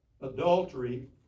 adultery